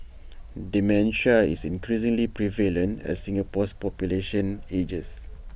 dementia is increasingly prevalent as Singapore's population ages